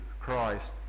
Christ